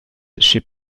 she